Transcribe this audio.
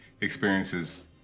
experiences